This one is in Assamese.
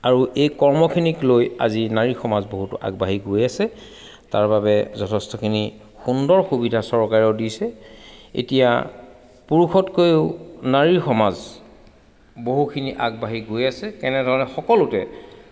আৰু এই কৰ্মখিনিক লৈ আজি নাৰী সমাজ বহুতো আগবাঢ়ি গৈ আছে তাৰবাবে যথেষ্টখিনি সুন্দৰ সুবিধা চৰকাৰেও দিছে এতিয়া পুৰুষতকৈও নাৰী সমাজ বহুখিনি আগবাঢ়ি গৈ আছে তেনেধৰণে সকলোতে